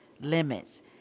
limits